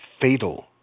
fatal